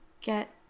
get